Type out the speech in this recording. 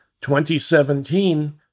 2017